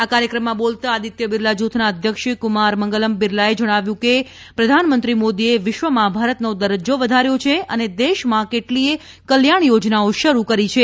આ કાર્યક્રમમાં બોલતાં આદિત્ય બિરલા જૂથના અધ્યક્ષ કુમાર મંગલમ બિરલાએ કહ્યું હતું કે પ્રધાનમંત્રી મોદીએ વિશ્વમાં ભારતનો દરજ્જો વધાર્યો છે અને દેશમાં કેટલીયે કલ્યાણ યોજનાઓ શરુ કરી છે